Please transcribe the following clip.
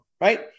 right